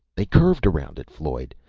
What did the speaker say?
they curved around it, floyd.